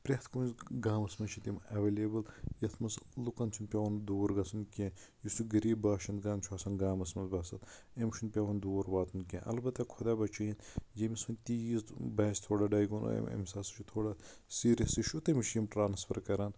پرٮ۪تھ کُنہِ گامَس منٛز چھِ تِم اٮ۪ویلیبٕل یَتھ منٛز لُکَن چھُ نہٕ پیوان دوٗر گژھُن کیٚنٛہہ یُس زَن غریٖب باشنٛد چھُ آسان گامَس منٛز بَسان أمِس چھُ نہٕ پیٚوان دور واتُن کیٚنٛہہ اَلبتہ خۄدا بَچٲوِن ییٚمِس وَن تیٖژ باسہِ تھوڑا ڈیگونوز أمِس ہاسا چھُ تھوڑا سیریَس اِشوٗ تٔمِس چھِ یِم ٹرانسفر کَران